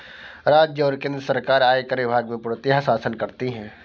राज्य और केन्द्र सरकार आयकर विभाग में पूर्णतयः शासन करती हैं